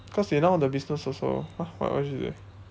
cause they now the business also !huh! where where she stay